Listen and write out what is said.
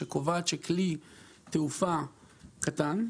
וקובעת שכלי תעופה קטן,